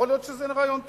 יכול להיות שזה רעיון טוב,